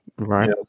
Right